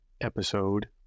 episode